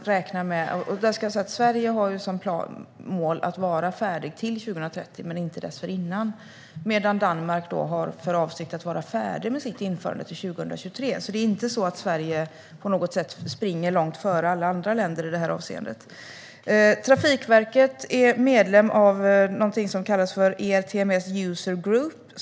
Sverige har som mål att vara färdigt till 2030 men inte dessförinnan, medan Danmark har för avsikt att vara färdig med sitt införande till 2023. Det är alltså inte så att Sverige på något sätt springer långt före alla andra länder i detta avseende. Trafikverket är medlem av någonting som kallas för ERTMS User Group.